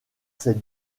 ses